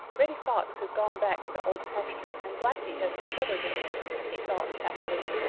reddy fox has gone back to the old pasture and blacky has discovered him there, he thought happily.